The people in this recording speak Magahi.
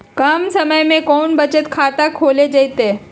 कम समय में कौन बचत खाता खोले जयते?